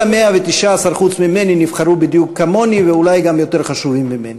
כל ה-119 חוץ ממני נבחרו בדיוק כמוני ואולי הם גם יותר חשובים ממני,